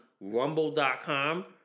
Rumble.com